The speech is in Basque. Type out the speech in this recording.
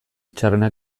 txarrenak